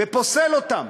ופוסל אותם